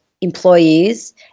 employees